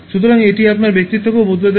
সুতরাং এটি আপনার ব্যক্তিত্বকেও বদলে দেবে